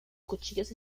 cuchillos